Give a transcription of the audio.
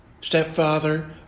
stepfather